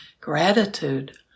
gratitude